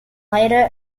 later